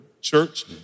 church